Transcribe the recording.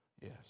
Yes